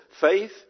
Faith